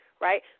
right